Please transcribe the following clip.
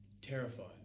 terrified